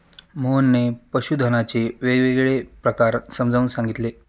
मोहनने पशुधनाचे वेगवेगळे प्रकार समजावून सांगितले